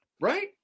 Right